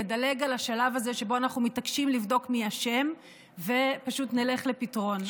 נדלג על השלב הזה שבו אנחנו מתעקשים לבדוק מי אשם ופשוט נלך לפתרון.